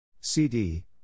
cd